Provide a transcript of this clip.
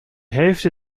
hälfte